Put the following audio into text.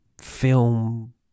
film